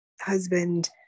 husband